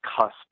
cusp